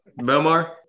Belmar